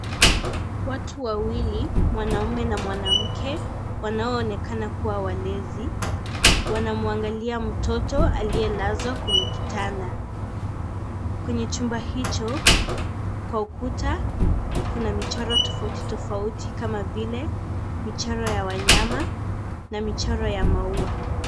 Watu wawili mwanaume na mwanamke wanaoonekana kuwa walezi wanamuangalia mtoto aliyelazwa kwenye kitanda , kwenye chumba hicho kwa ukuta kuna michoro tofauti tofauti kama vile michoro ya wanyama na michoro ya maua.